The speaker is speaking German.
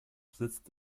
sitzt